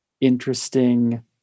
interesting